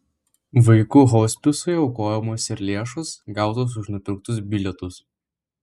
vaikų hospisui aukojamos ir lėšos gautos už nupirktus bilietus